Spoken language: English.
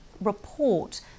report